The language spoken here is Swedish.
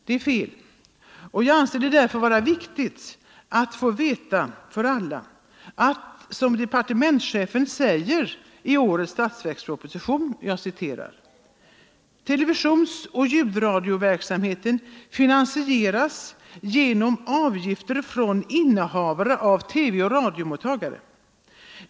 Det är fel, och jag anser det därför viktigt för alla att veta — som departementschefen säger i årets statsverksproposition: ”Televisionsoch ljudradioverksamheten finansieras genom avgifter från innehavarna av TV och radiomottagare.